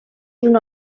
una